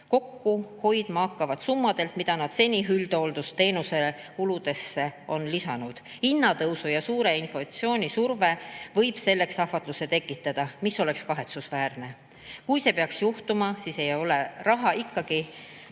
kokku hoidma summadelt, mida nad seni üldhooldusteenuse kuludesse on lisanud. Hinnatõusu ja suure inflatsiooni surve võib selleks ahvatluse tekitada, kuid see oleks kahetsusväärne. Kui see peaks juhtuma, siis ei ole raha ikkagi